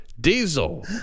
diesel